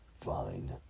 Fine